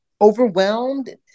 overwhelmed